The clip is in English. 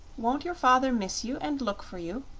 won't your father miss you, and look for you,